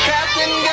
Captain